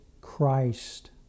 Christ